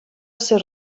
ser